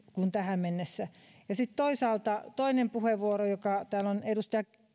kuin tähän mennessä sitten toinen puheenvuoro täällä on edustaja